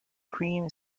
cream